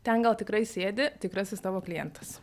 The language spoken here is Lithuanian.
ten gal tikrai sėdi tikrasis tavo klientas